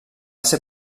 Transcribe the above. ser